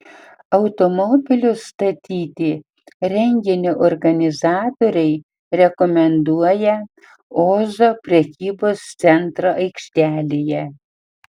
automobilius statyti renginio organizatoriai rekomenduoja ozo prekybos centro aikštelėje